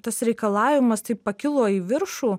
tas reikalavimas taip pakilo į viršų